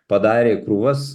padarė krūvas